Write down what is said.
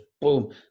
boom